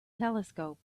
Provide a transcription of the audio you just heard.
telescope